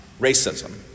racism